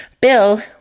Bill